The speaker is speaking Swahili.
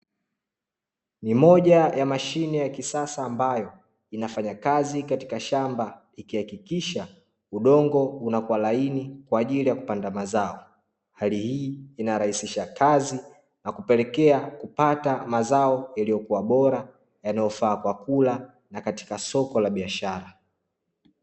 Ni moja ya mashine ya kisasa ambayo inafanya kazi katika shamba ikihakikisha udongo unakuwa lakini, kwa ajili ya kupanda mazao, hali hii inarahisha kazi na kupelekea kupata mazao yalilyo kuwa bora yanayofaa kwa kula na katika soko la biashara.